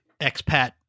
expat